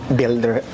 builder